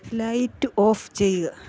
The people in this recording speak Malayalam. ലൈറ്റ് ഓഫ് ചെയ്യുക